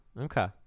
Okay